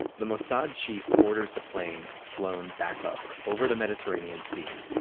the mossad chief orders the plane flown back up over the mediterranean sea,